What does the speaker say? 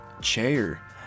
chair